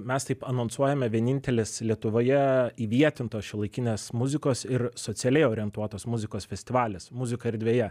mes taip anonsuojame vienintelis lietuvoje įvietintos šiuolaikinės muzikos ir socialiai orientuotos muzikos festivalis muzika erdvėje